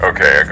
Okay